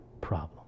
problem